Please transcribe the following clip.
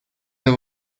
the